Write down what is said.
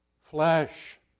flesh